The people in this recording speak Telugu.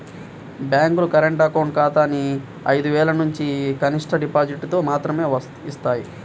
బ్యేంకులు కరెంట్ అకౌంట్ ఖాతాని ఐదు వేలనుంచి కనిష్ట డిపాజిటుతో మాత్రమే యిస్తాయి